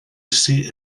seat